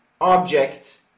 object